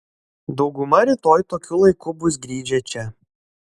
dauguma rytoj tokiu laiku bus grįžę čia